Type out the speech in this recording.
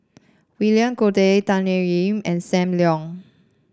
William Goode Tan Thoon Lip and Sam Leong